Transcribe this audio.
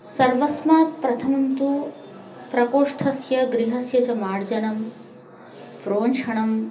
सर्वस्मात् प्रथमं तु प्रकोष्ठस्य गृहस्य च मार्जनं प्रोञ्छनम्